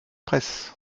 presse